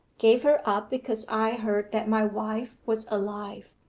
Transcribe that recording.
gave her up because i heard that my wife was alive,